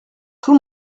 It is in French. tout